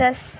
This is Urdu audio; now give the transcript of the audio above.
دس